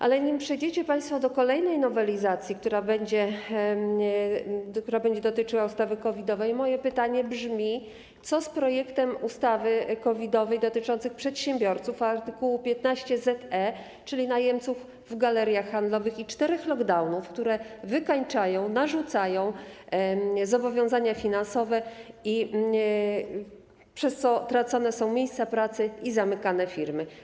Ale nim przejdziecie państwo do kolejnej nowelizacji, która będzie dotyczyła ustawy COVID-owej, moje pytanie brzmi: Co z projektem ustawy COVID-owej dotyczącym przedsiębiorców, art. 15ze, czyli najemców w galeriach handlowych, i czterech lockdownów, które ich wykańczają i narzucają zobowiązania finansowe, przez co tracone są miejsca pracy i zamykane firmy?